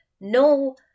no